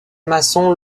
masson